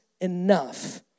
enough